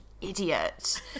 idiot